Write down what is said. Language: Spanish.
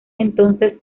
entonces